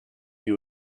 you